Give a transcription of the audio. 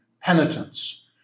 penitents